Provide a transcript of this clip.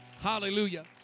Hallelujah